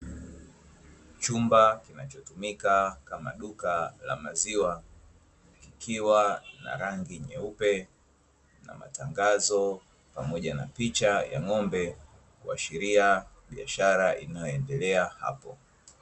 Chumba kinachotumika kama duka la maziwa, kikiwa na rangi nyeupe na matangazo pamoja na picha ya ng'ombe kuashiria biashara inayoendelea hapo.